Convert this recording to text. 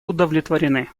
удовлетворены